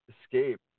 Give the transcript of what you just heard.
escape